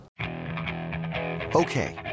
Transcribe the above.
Okay